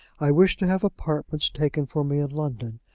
i wish to have apartments taken for me in london.